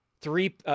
three